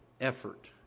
effort